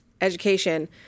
education